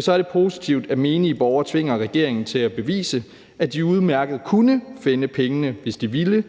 så er det positivt, at menige borgere tvinger regeringen til at bevise, at de udmærket kunne finde pengene, hvis de ville,